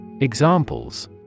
Examples